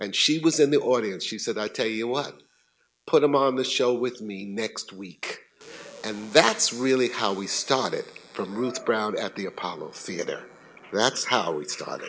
and she was in the audience she said i tell you what put them on the show with me next week and that's really how we started from ruth brown at the apollo theater that's how we start